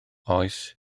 oes